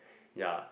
ya